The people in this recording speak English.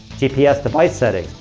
gps device settings.